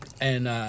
and-